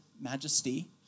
majesty